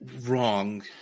Wrong